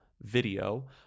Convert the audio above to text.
video